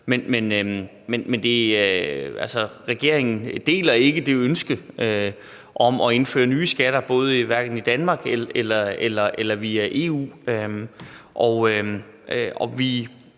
men regeringen deler ikke det ønske om at indføre nye skatter, hverken i Danmark eller via EU.